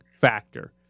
factor